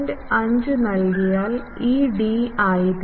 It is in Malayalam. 5 നൽകിയാൽ ഈ D ആയിത്തീരും